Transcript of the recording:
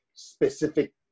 Specific